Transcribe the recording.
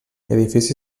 edifici